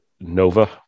Nova